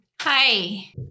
Hi